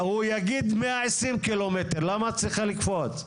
הוא יגיד 120 ק"מ, למה את צריכה לקפוץ?